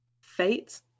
Fate